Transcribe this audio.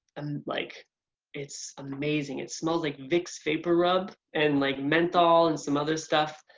um like it's amazing. it smells like vicks vapor rub and like menthol and some other stuff.